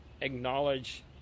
acknowledge